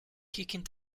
kicking